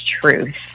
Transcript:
truth